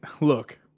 look